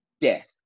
death